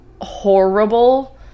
horrible